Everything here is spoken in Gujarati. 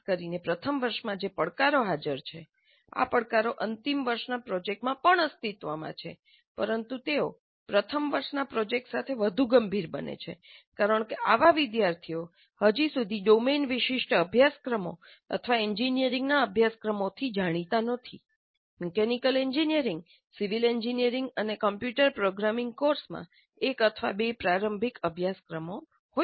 ખાસ કરીને પ્રથમ વર્ષમાં જે પડકારો હાજર છે આ પડકારો અંતિમ વર્ષના પ્રોજેક્ટમાં પણ અસ્તિત્વમાં છે પરંતુ તેઓ પ્રથમ વર્ષના પ્રોજેક્ટ સાથે વધુ ગંભીર બને છે કારણ કે આવા વિદ્યાર્થીઓ હજી સુધી ડોમેન વિશિષ્ટ અભ્યાસક્રમો અથવા એન્જિનિયરિંગના અભ્યાસક્રમોથી જાણીતા નથી મિકેનિકલ એન્જિનિયરિંગ સિવિલ એન્જિનિયરિંગ અને કમ્પ્યુટર પ્રોગ્રામિંગ કોર્સમાં એક અથવા બે પ્રારંભિક અભ્યાસક્રમો હોઈ શકે છે